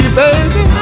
baby